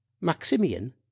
Maximian